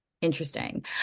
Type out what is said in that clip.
interesting